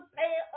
pay